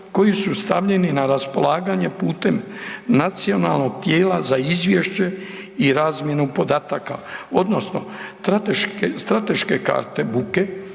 smo se uvijek